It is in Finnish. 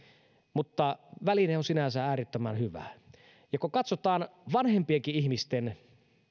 mutta väline on sinänsä äärettömän hyvä ja kun katsotaan vanhempienkin ihmisten